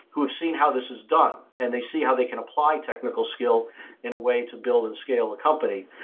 who have seen how this is done and they see how they can apply technical skill in a way to build and scale a company.